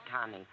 Tommy